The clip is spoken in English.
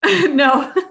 No